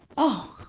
oh.